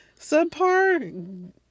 subpar